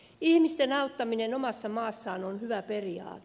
ihmisten auttaminen omassa maassaan on hyvä periaate